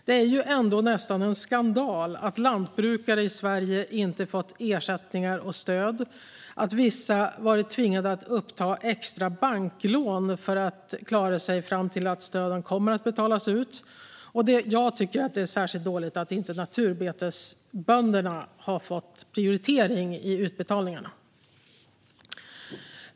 Det är ändå nästan en skandal att lantbrukare i Sverige inte fått ersättningar och stöd och att vissa varit tvingade att uppta extra banklån för att klara sig fram till att stöden kommer att betalas ut. Jag tycker att det är särskilt dåligt att inte naturbetesbönderna har prioriterats i utbetalningarna.